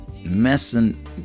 Messing